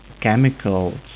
chemicals